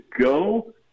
go